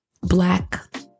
black